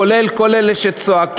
כולל כל אלה שצועקים,